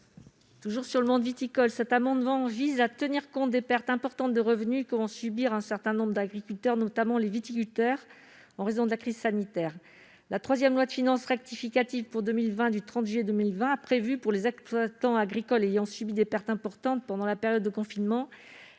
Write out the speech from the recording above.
n° II-40 rectifié. Cet amendement vise à tenir compte des pertes importantes de revenus que vont subir certains agriculteurs, notamment des viticulteurs, en raison de la crise sanitaire. La troisième loi de finances rectificative pour 2020 du 30 juillet 2020 a prévu, pour les exploitants agricoles ayant subi des pertes importantes pendant la période de confinement,